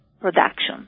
production